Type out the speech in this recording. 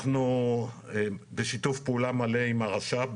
אנחנו בשיתוף פעולה מלא עם הרש"פ,